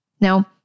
Now